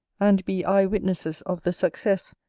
and be eyewitnesses of the success,